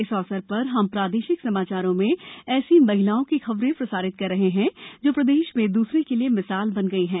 इस अवसर पर हम प्रादेशिक समाचारों में ऐसी महिलाओं की खबरें प्रसारित कर रहे हैं जो प्रदेश में दूसरों के लिए मिसाल बन गई हैं